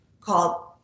called